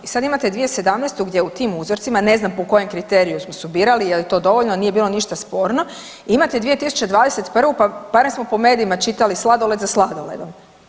I sad imate 2017. gdje u tim uzorcima, ne znam po kojem kriteriju su birali jel to dovoljno, nije bilo ništa sporno i imate 2021. pa barem smo po medijima čitali sladoled za sladoledom.